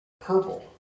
purple